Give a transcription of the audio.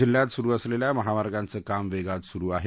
जिल्ह्यात सुरु असलेल्या महामार्गाचं काम वेगानं सुरु आहे